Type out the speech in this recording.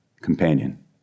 companion